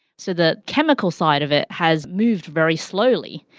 so the chemical side of it has moved very slowly.